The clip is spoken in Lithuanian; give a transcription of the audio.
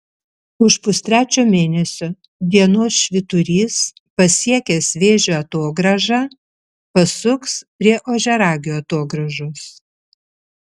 už pustrečio mėnesio dienos švyturys pasiekęs vėžio atogrąžą pasuks prie ožiaragio atogrąžos